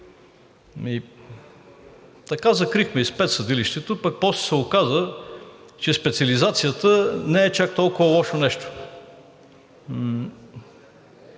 Така закрихме и спецсъдилището пък после се оказа, че специализацията не е чак толкова лошо нещо.